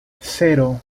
cero